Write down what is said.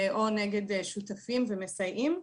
או נגד שותפים ומסייעים,